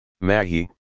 Mahi